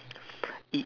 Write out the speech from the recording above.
i~